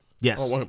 Yes